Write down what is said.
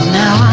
now